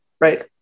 Right